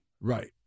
Right